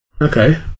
okay